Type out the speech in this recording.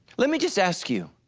let me just ask you,